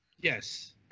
yes